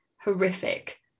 horrific